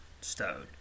stone